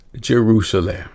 Jerusalem